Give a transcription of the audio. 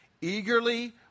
eagerly